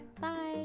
Bye